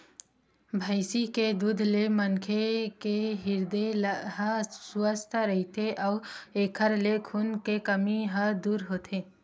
भइसी के दूद ले मनखे के हिरदे ह सुवस्थ रहिथे अउ एखर ले खून के कमी ह दूर होथे